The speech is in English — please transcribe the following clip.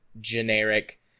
generic